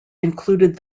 included